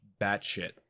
batshit